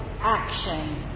action